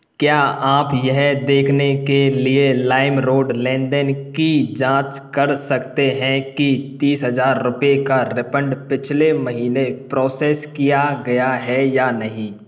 क्या आप यह देखने के लिए लाइमरोड लेन देन की जाँच कर सकते हैं कि तीस हज़ार रुपये का रिफंड पिछले महीने प्रोसेस किया गया है या नहीं